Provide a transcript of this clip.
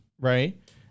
right